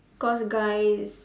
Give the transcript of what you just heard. cause guys